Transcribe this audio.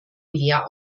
leer